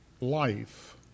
life